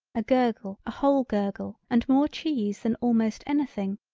a gurgle a whole gurgle and more cheese than almost anything,